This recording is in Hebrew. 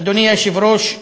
אדוני היושב-ראש,